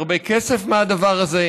הרבה כסף מהדבר הזה.